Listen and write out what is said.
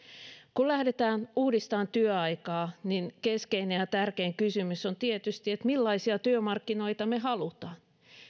kun lähdetään uudistamaan työaikaa keskeinen ja tärkein kysymys on tietysti millaisia työmarkkinoita me haluamme